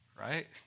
right